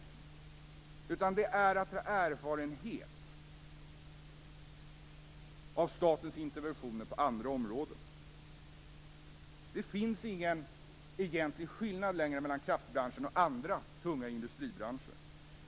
Det handlar om att dra lärdom av statens interventioner på andra områden. Det finns inte längre någon egentlig skillnad mellan kraftbranschen och andra industribranscher.